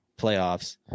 playoffs